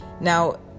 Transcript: Now